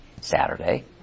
Saturday